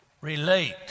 relate